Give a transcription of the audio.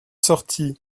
sortit